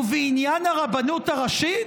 ובעניין הרבנות הראשית,